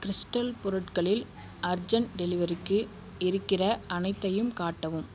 crystal பொருட்களில் urgent டெலிவரிக்கு இருக்கிற அனைத்தையும் காட்டவும்